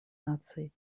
наций